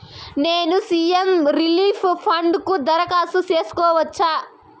నేను CM relief fund కు దరఖాస్తు సేసుకోవచ్చా?